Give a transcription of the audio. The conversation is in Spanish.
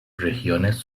regiones